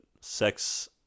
sex